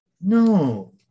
no